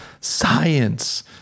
science